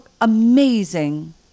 amazing